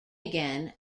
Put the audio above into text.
again